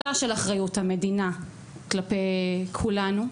התפיסה של אחריות המדינה כלפי כולנו,